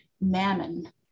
mammon